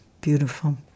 beautiful